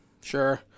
Sure